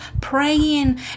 praying